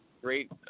great